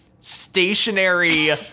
stationary